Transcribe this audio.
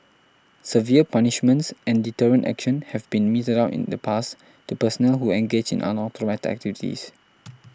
severe punishments and deterrent action have been meted out in the past to personnel who engaged in unauthorised activities